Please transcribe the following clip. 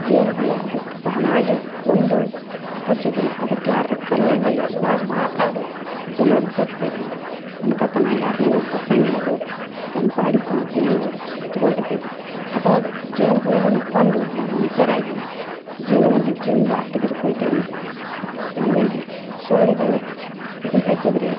ಜೇನು ಹುಳು ಅದು ತಾನಾಗೇ ಬಂದು ಕಚ್ಚೋದಿಲ್ಲ ಅದಕ್ಕೆ ಯಾರು ಕಲ್ಲಿಂದ ಎಸೆದಾಗ ಮಾತ್ರ ಅದು ಜನರಿಗೆ ಕಚ್ತೈತಿ ಅನ್ಕತನ ಯಾರನ್ನು ಕಚ್ಚೋಂಗಿಲ್ಲ ಅದು ತನ್ಪಾಡಿಗೆ ತಾನು ಜೇನು ಸುತ್ಕೊಂಡಿರ್ತೈತಿ ಅದು ಜೇನು ಹುಳುವನ್ನು ಕೊಂದು ನಾವು ಮನುಷ್ಯರಾಗಿ ಜೇನನ್ನು ರುಚಿಯಿಂದ ತೆಗೆದುಕೊಳ್ತೀವಿ ಆಮೇಲೆ ಸೊಳ್ಳೆಗಳು ಇದನ್ನು ಹಚ್ಚಿದರೆ